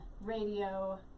radio